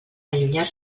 allunyar